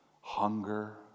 hunger